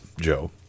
Joe